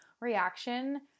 reaction